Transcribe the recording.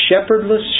shepherdless